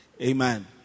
Amen